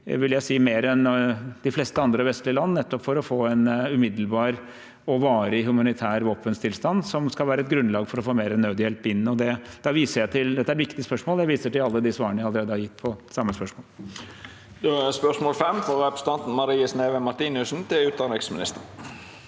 vil jeg si, mer enn de fleste andre vestlige land nettopp for å få en umiddelbar og varig humanitær våpenstillstand, som skal være et grunnlag for å få mer nødhjelp inn. Dette er viktige spørsmål, og da viser jeg til alle de svarene jeg allerede har gitt på samme spørsmål. S p ør s må l 5 Marie Sneve Martinussen (R) «Den